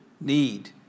need